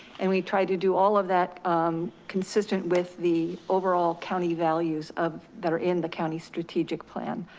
and we try to do all of that consistent with the overall county values of that are in the county strategic plan.